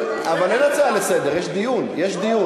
אבל אין הצעה לסדר, יש דיון.